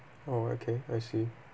oh okay I see